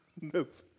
Nope